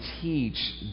teach